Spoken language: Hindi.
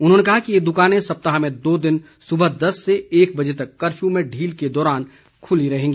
उन्होंने कहा कि ये दुकानें सप्ताह में दो दिन सुबह दस से एक बजे तक कर्फ्यू में ढील के दौरान खुली रहेंगी